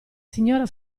signora